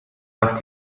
was